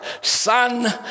son